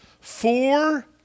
four